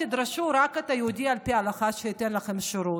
תדרשו רק את היהודי על פי ההלכה שייתן לכם שירות,